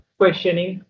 questioning